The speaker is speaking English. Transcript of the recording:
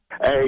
Hey